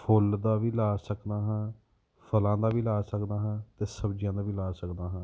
ਫੁੱਲ ਦਾ ਵੀ ਲਗਾ ਸਕਦਾ ਹਾਂ ਫਲਾਂ ਦਾ ਵੀ ਲਗਾ ਸਕਦਾ ਹਾਂ ਅਤੇ ਸਬਜ਼ੀਆਂ ਦਾ ਵੀ ਲਗਾ ਸਕਦਾ ਹਾਂ